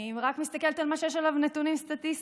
אני רק מסתכלת על מה שיש עליו נתונים סטטיסטיים.